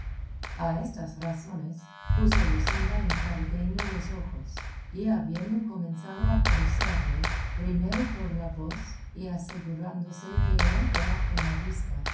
a estas razones puso luscinda en cardenio los ojos y habiendo comenzado a conocerle primero por la voz y asegurándose que él era con la vista